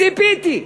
ציפיתי.